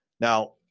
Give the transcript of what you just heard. Now